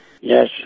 Yes